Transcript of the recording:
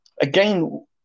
again